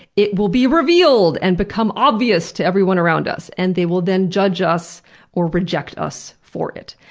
it will be revealed and become obvious to everyone around us, and they will then judge us or reject us for it.